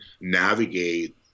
navigate